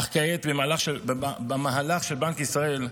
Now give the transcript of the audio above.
אך כעת, במהלך של בנק ישראל,